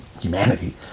humanity